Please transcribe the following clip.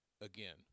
again